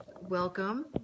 Welcome